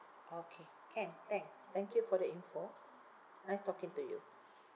okay can thanks thank you for the info nice talking to you